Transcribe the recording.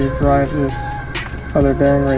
drive this other bearing